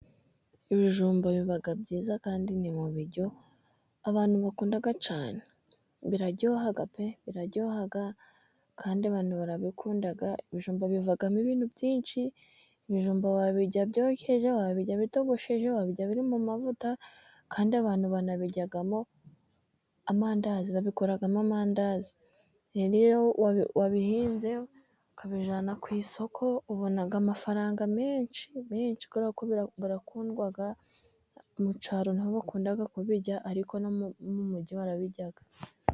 Ibijumba biba byiza kandi ni mu biryo abantu bakunda cyane biraryoha pe! biraryoha kandi abantu barabikunda, ibijumba bivamo ibintu byinshi, ibijumba wabirya byokeje wabirya bitogosheje, wabirya birimo amavuta kandi abantu banabiryamo amandazi, babikoramo amandazi; wabihinze ukabijyana ku isoko ubona, amafaranga menshi, menshi kuko kubera ko birakundwa mu cyaro bakunda kubirya, ariko no mu mugi barabirya.